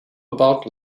about